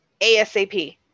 ASAP